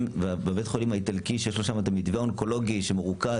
ובבית חולים האיטלקי שיש לו שם את המתווה האונקולוגי שמרוכז,